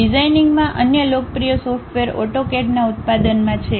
ડિઝાઇનિંગમાં અન્ય લોકપ્રિય software AutoCAD ના ઉત્પાદનમાં છે